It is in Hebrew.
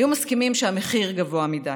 היו מסכימים שהמחיר גבוה מדי.